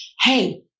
Hey